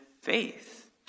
faith